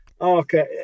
Okay